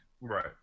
Right